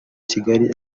kigali